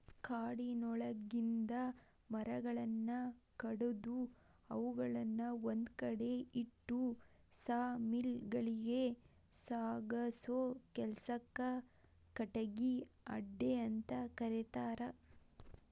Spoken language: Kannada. ಕಾಡಿನೊಳಗಿಂದ ಮರಗಳನ್ನ ಕಡದು ಅವುಗಳನ್ನ ಒಂದ್ಕಡೆ ಇಟ್ಟು ಸಾ ಮಿಲ್ ಗಳಿಗೆ ಸಾಗಸೋ ಕೆಲ್ಸಕ್ಕ ಕಟಗಿ ಅಡ್ಡೆಅಂತ ಕರೇತಾರ